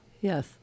Yes